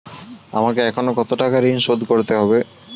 আমাকে এখনো কত টাকা ঋণ শোধ করতে হবে?